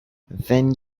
then